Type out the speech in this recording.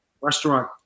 restaurant